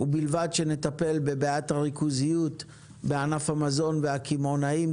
ובלבד שנטפל בבעיית הריכוזיות בענף המזון והקמעונאים,